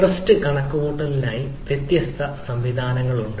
trust കണക്കുകൂട്ടലിനായി വ്യത്യസ്ത സംവിധാനങ്ങളുണ്ട്